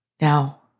Now